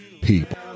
people